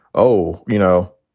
oh, you know,